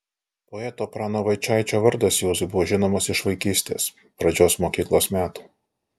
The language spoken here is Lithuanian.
poeto prano vaičaičio vardas juozui buvo žinomas iš vaikystės pradžios mokyklos metų